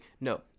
No